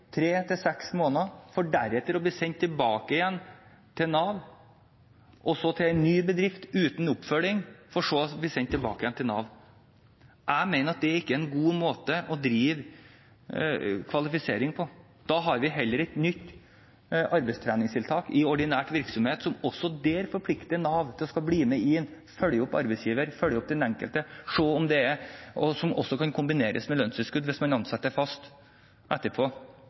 tre til seks måneder for deretter å bli sendt tilbake til Nav, og så blir man sendt til en ny bedrift uten oppfølging for så å bli sendt tilbake til Nav. Jeg mener at dette ikke er noen god måte å drive kvalifisering på. Da har vi heller et nytt arbeidstreningstiltak i ordinær virksomhet som også forplikter Nav til å bli med på å følge opp arbeidsgiver, følge opp den enkelte – og som også kan kombineres med lønnstilskudd hvis man etterpå velger å satse på å ansette personen fast.